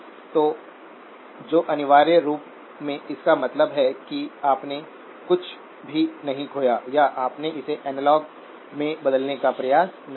तो जो अनिवार्य रूप से इसका मतलब है कि आपने कुच भी नहीं खोया या आपने इसे एनालॉग में बदलने का प्रयास नहीं किया